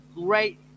great